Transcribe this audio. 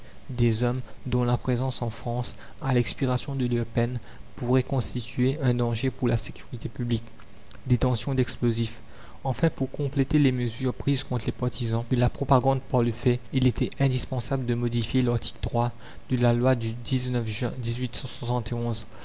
des hommes dont la présence en france à l'expiration de leur peine pourrait constituer un danger pour la sécurité publique détention d'explosifs enfin pour compléter les mesures prises contre les partisans de la propagande par le fait il était indispensable de modifier larticle de la loi du juin